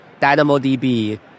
DynamoDB